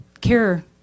care